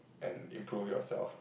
and improve yourself